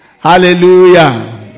Hallelujah